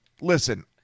Listen